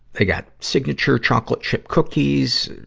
they got signature chocolate chip cookies,